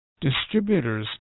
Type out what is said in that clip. distributors